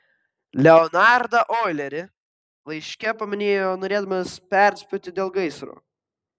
leonardą oilerį laiške paminėjo norėdamas perspėti dėl gaisro